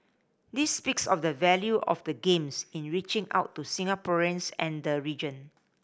this speaks of the value of the Games in reaching out to Singaporeans and the region